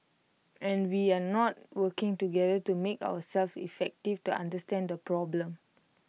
and we are not working together to make ourselves effective to understand the problem